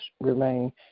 remain